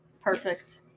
perfect